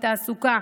בתעסוקה,